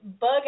Bug